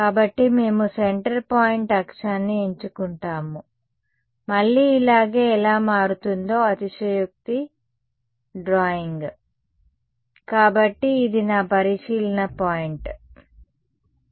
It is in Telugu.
కాబట్టి మేము సెంటర్ పాయింట్ అక్షాన్ని ఎంచుకుంటాము కాబట్టి మళ్లీ ఇలాగే ఎలా మారుతుందో అతిశయోక్తి డ్రాయింగ్ సరే కాబట్టి ఇది నా పరిశీలన పాయింట్ సరే